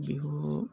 Bihu